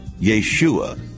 Yeshua